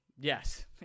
Yes